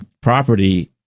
property